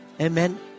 Amen